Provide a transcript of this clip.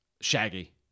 Shaggy